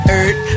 earth